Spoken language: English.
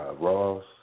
Ross